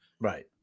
Right